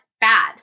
bad